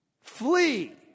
flee